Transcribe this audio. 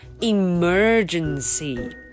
emergency